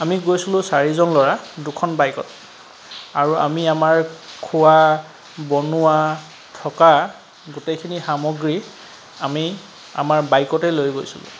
আমি গৈছিলোঁ চাৰিজন ল'ৰা দুখন বাইকত আৰু আমি আমাৰ খোৱা বনোৱা থকা গোটেইখিনি সামগ্ৰী আমি বাইকতে লৈ গৈছিলোঁ